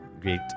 great